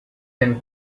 been